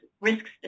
risks